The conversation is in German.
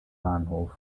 bahnhof